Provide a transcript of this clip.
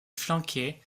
flanquée